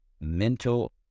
mental